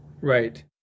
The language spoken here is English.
Right